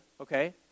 okay